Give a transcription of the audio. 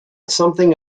something